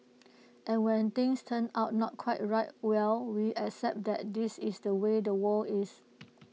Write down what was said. and when things turn out not quite right well we accept that this is the way the world is